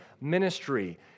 ministry